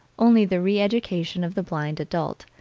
only the re-education of the blind adult,